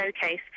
Showcase